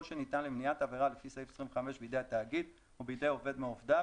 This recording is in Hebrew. שניתן למניעת עבירה לפי סעיף 25 בידי התאגיד או בידי עובד מעובדיו.